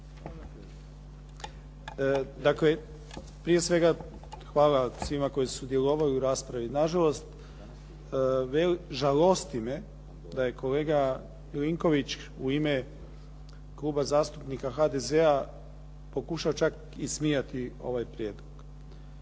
Dakle, prije svega hvala svima koji su sudjelovali u raspravi. Nažalost, žalosti me da je kolega Milinković u ime Kluba zastupnika HDZ-a pokušao čak ismijati ovaj prijedlog.